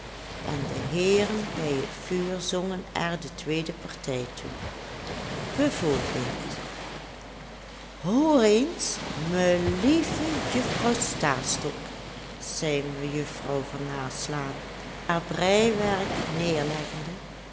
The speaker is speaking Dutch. en de heeren bij het vuur zongen er de tweede partij toe bijvoorbeeld hoor eens me lieve juffrouw stastok zei mejuffrouw van naslaan haar breiwerk neerleggende